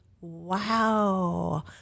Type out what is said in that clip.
Wow